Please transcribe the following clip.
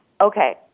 Okay